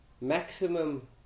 maximum